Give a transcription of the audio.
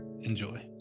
Enjoy